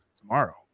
tomorrow